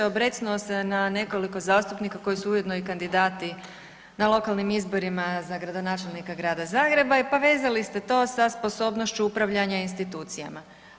Obrecnuo se na nekoliko zastupnika koji su ujedno i kandidati na lokalnim izborima za gradonačelnika Grada Zagreba pa vezali ste to sa sposobnošću upravljanja institucijama.